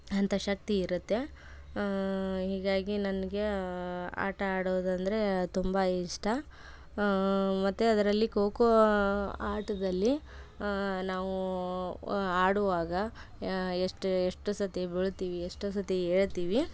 ಅಂಥ ಶಕ್ತಿ ಇರುತ್ತೆ ಹೀಗಾಗಿ ನನಗೆ ಆಟ ಆಡೋದಂದರೆ ತುಂಬ ಇಷ್ಟ ಮತ್ತು ಅದರಲ್ಲಿ ಖೋ ಖೋ ಆಟದಲ್ಲಿ ನಾವು ಆಡುವಾಗ ಎಷ್ಟು ಎಷ್ಟು ಸರ್ತಿ ಬೀಳ್ತೀವಿ ಎಷ್ಟೋ ಸರ್ತಿ ಏಳ್ತೀವಿ